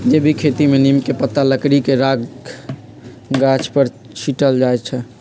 जैविक खेती में नीम के पत्ता, लकड़ी के राख गाछ पर छिट्ल जाइ छै